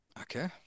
Okay